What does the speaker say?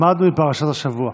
למדנו מפרשת השבוע,